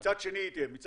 אני אומר --- את השאלות,